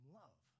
love